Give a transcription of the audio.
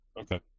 Okay